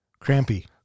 Crampy